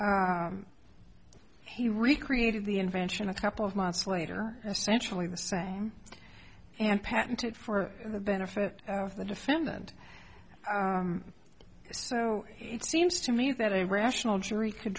he recreated the invention a couple of months later essentially the same and patented for the benefit of the defendant so it seems to me that a rational jury could